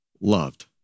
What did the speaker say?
loved